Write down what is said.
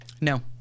No